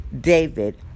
David